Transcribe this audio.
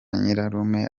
nyirarume